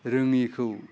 रोङिखौ